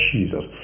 Jesus